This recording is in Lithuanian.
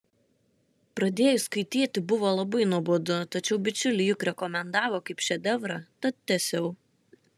pradėjus skaityti buvo labai nuobodu tačiau bičiuliai juk rekomendavo kaip šedevrą tad tęsiau